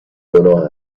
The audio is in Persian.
گناه